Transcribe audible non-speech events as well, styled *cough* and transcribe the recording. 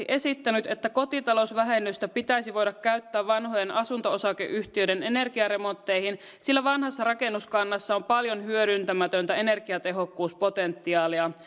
*unintelligible* esittänyt esimerkiksi että kotitalousvähennystä pitäisi voida käyttää vanhojen asunto osakeyhtiöiden energiaremontteihin sillä vanhassa rakennuskannassa on paljon hyödyntämätöntä energiatehokkuuspotentiaalia *unintelligible*